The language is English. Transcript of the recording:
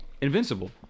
Invincible